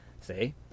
See